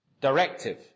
directive